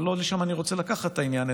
אבל לא לשם אני רוצה לקחת את העניין,